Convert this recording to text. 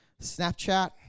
Snapchat